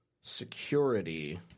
Security